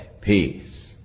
peace